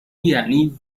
یعنی